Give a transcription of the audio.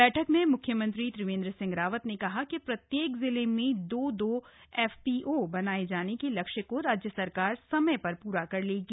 बैठक में मुख्यमंत्री त्रिवेंद्र सिंह रावत ने कहा कि प्रत्येक जिले में दो दो एफपीओ बनाए जाने के लक्ष्य को राज्य सरकार समय पूरा कर लेगी